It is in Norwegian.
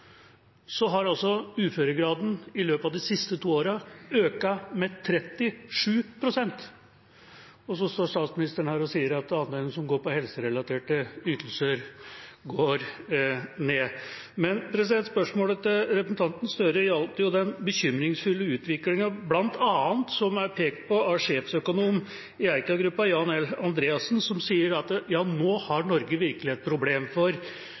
uføregraden i løpet av de siste to årene økt med 37 pst. Og så står statsministeren her og sier at andelen som går på helserelaterte ytelser, går ned. Men spørsmålet til representanten Gahr Støre gjaldt jo den bekymringsfulle utviklingen, som bl.a. er pekt på av sjeføkonom i Eika Gruppen, Jan Ludvig Andreassen, som sier at ja, nå har Norge virkelig et problem, for